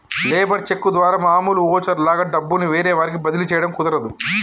labour cheque ద్వారా మామూలు voucher లాగా డబ్బుల్ని వేరే వారికి బదిలీ చేయడం కుదరదు